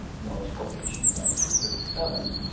known as publication m two three seven,